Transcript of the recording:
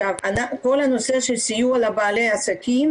כל הנושא של סיוע לבעלי עסקים